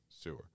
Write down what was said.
sewer